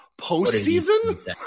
Postseason